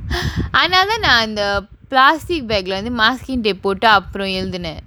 அதனால தான் நான் அந்த:athanaala thaan naan antha plastic bag லயிருந்து:layirunthu masking tap போட்டு அப்புறம் எழுதினேன்:pottu appuram eluthinaen